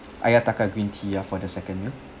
ayataka green tea ah for the second meal